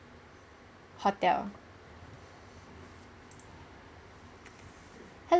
hotel hel~